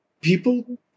people